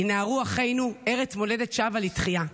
ינהרו אחינו, / ארץ מולדת שבה לתחייה.